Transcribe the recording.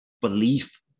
Belief